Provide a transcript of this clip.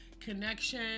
connection